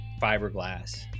fiberglass